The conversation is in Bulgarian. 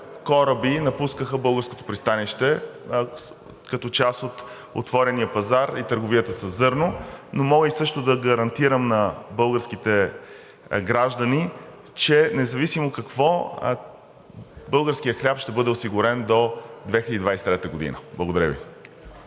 кораби напускаха българското пристанище като част от отворения пазар и търговията със зърно, но мога също и да гарантирам на българските граждани, че независимо какво, българският хляб ще бъде осигурен до 2023 г. Благодаря Ви.